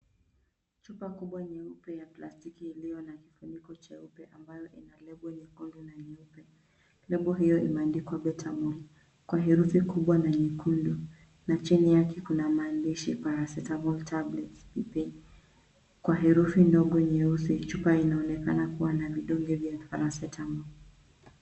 Chupa kubwa nyeupe ya plastiki iliyo na kifuniko cheupe ambayo ina lebo nyekundu na nyeupe. Lebo hiyo imeandikwa Betamol, kwa herufi kubwa na nyekundu na chini yake kuna maandishi, Paracetamol Tablets, kwa herufi ndogo nyeusi. Chupa inaonekana kuwa na vidonge vya Paracetamol.